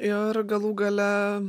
ir galų gale